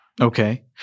Okay